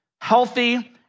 healthy